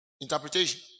Interpretation